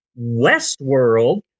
Westworld